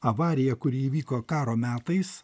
avariją kuri įvyko karo metais